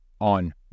on